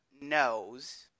knows